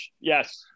Yes